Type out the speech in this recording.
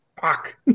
Fuck